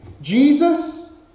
Jesus